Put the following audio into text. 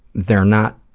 they're not